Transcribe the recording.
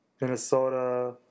Minnesota